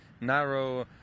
narrow